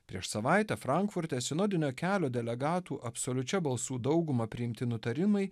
prieš savaitę frankfurte sinodinio kelio delegatų absoliučia balsų dauguma priimti nutarimai